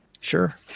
Sure